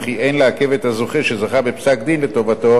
וכי אין לעכב את הזוכה שזכה בפסק-דין לטובתו